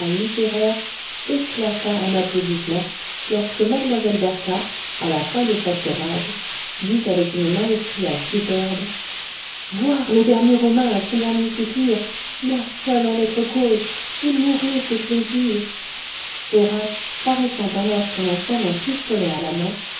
littéraires éclata en applaudissements lorsque m bertha à la fin de sa tirade dit avec une maestria superbe voir le dernier romain à son dernier soupir moi seule en être cause et mourir de plaisir horace paraissant alors sur la scène un pistolet à la main